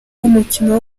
umukino